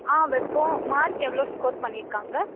ஆ வைப்போம் மார்க் எவ்வளோ ஸ்கோர் பண்ணியிருக்காங்க